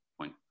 point